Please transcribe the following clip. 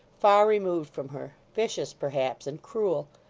far removed from her vicious, perhaps, and cruel!